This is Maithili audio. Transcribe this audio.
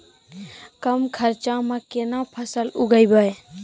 कम खर्चा म केना फसल उगैबै?